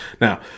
Now